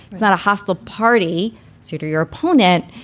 it's not a hostile party to to your opponent.